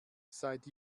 seit